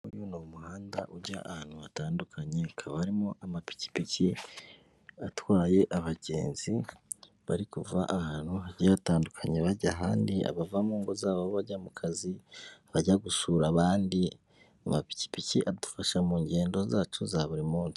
Uyu ni umuhanda ujya ahantu hatandukanye, hakaba harimo amapikipiki atwaye abagenzi bari kuva ahantu hagiye hatandukanye bajya ahandi, abava mu ngo zabo bajya mu kazi, bajya gusura abandi, amapikipiki adufasha mu ngendo zacu za buri munsi.